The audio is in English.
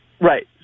Right